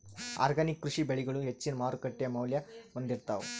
organic ಕೃಷಿ ಬೆಳಿಗಳು ಹೆಚ್ಚಿನ್ ಮಾರುಕಟ್ಟಿ ಮೌಲ್ಯ ಹೊಂದಿರುತ್ತಾವ